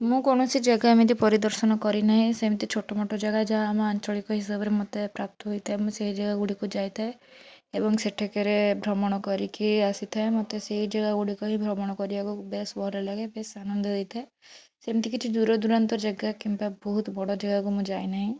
ମୁଁ କୌଣସି ଜାଗା ଏମିତି ପରିଦର୍ଶନ କରିନାହିଁ ସେମିତି ଛୋଟମୋଟ ଜାଗା ଯାହା ଆମ ଆଞ୍ଚଳିକ ହିସାବରେ ମୋତେ ପ୍ରାପ୍ତ ହୋଇଥାଏ ମୁଁ ସେହି ଜାଗା ଗୁଡ଼ିକୁ ଯାଇଥାଏ ଏବଂ ସେଠକାରେ ଭ୍ରମଣ କରିକି ଆସିଥାଏ ମୋତେ ସେ ଜାଗା ଗୁଡ଼ିକ ହି ଭ୍ରମଣ କରିବାକୁ ବେସ୍ ଭଲଲାଗେ ବେସ୍ ଆନନ୍ଦ ଦେଇଥାଏ ସେମିତି କିଛି ଦୂରଦୂରାନ୍ତ ଜାଗା କିମ୍ବା ବହୁତ ବଡ଼ ଜାଗାକୁ ମୁଁ ଯାଇନାହିଁ